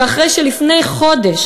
ואחרי שלפני חודש,